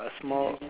uh small